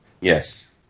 yes